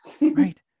right